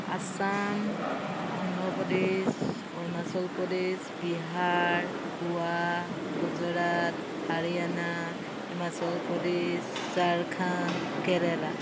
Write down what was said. Assam Andhra Pradesh Arunachal Pradesh Bihar Goa Gujarat Haryana Himachal Pradesh Jharkhand Kerala